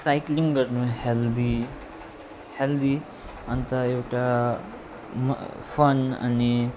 cycling गर्नु healthy healthy and एउटा म फन अनि